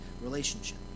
relationship